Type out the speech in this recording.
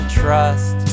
trust